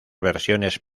versiones